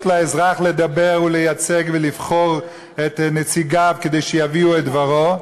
לאזרח לדבר ולייצג ולבחור את נציגיו כדי שיביאו את דברו,